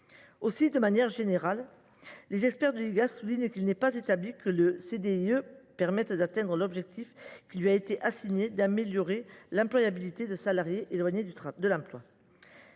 Aussi, de manière générale, les experts de l’Igas soulignent qu’il n’est pas établi que le CDIE permette d’atteindre l’objectif qui lui a été assigné, à savoir améliorer l’employabilité de salariés éloignés de l’emploi.